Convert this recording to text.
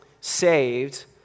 saved